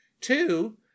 Two